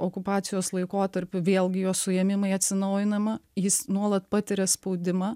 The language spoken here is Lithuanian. okupacijos laikotarpiu vėlgi jo suėmimai atsinaujinama jis nuolat patiria spaudimą